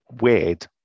weird